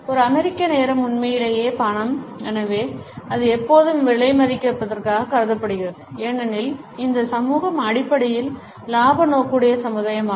ஒரு அமெரிக்க நேரம் உண்மையிலேயே பணம் எனவே அது எப்போதும் விலைமதிப்பற்றதாக கருதப்படுகிறது ஏனெனில் இந்த சமூகம் அடிப்படையில் இலாப நோக்குடைய சமுதாயமாகும்